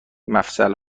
مفصل